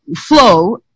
flow